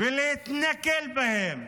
ולהתנכל להם,